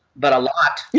but a lot